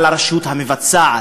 על הרשות המבצעת?